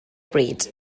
bryd